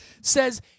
says